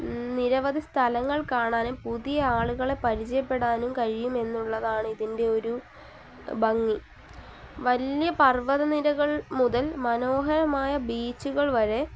നിരവധി സ്ഥലങ്ങൾ കാണാനും പുതിയ ആളുകളെ പരിചയപ്പെടാനും കഴിയുമെന്നുള്ളതാണ് ഇതിൻ്റെ ഒരു ഭംഗി വലിയ പർവ്വതനിരകൾ മുതൽ മനോഹരമായ ബീച്ചുകൾ വരെ